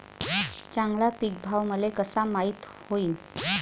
चांगला पीक भाव मले कसा माइत होईन?